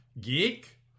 Geek